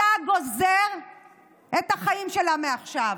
אתה גוזר את החיים שלה מעכשיו.